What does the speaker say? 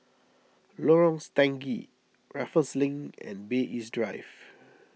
Lorong Stangee Raffles Link and Bay East Drive